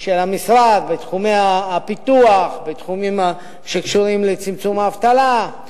של המשרד ואת תחומי הפיתוח ותחומים שקשורים בצמצום האבטלה,